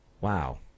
wow